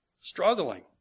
struggling